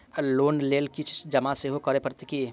Loan लेल किछ जमा सेहो करै पड़त की?